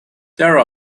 there